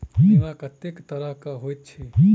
बीमा कत्तेक तरह कऽ होइत छी?